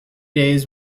days